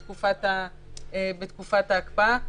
עסקים להפנות לפעילות חדשה בתקופה הזאת,